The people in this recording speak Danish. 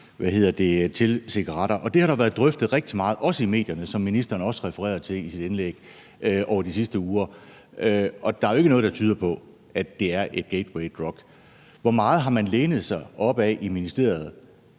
til cigaretter, og det har været drøftet rigtig meget, også i medierne over de sidste uger, som ministeren også refererede til i sit indlæg. Og der er jo ikke noget, der tyder på, at det er et gateway drug. Hvor meget har man i ministeriet